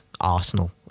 Arsenal